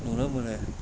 नुनो मोनो